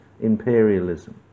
imperialism